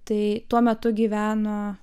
tai tuo metu gyveno